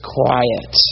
quiet